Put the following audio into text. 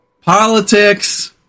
politics